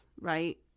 right